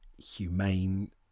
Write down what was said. humane